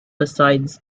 besides